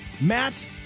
Matt